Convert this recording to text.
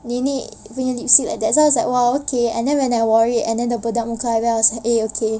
nenek wear lipstick like that so I was like !wah! okay and then when I wore it and then the bedak muka eh okay